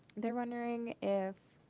they're wondering if